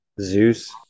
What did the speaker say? Zeus